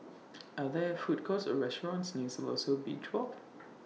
Are There Food Courts Or restaurants near Siloso Beach Walk